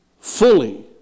fully